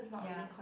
ya it's